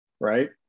right